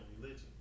religion